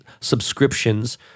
subscriptions